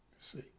See